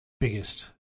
biggest